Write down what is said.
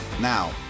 Now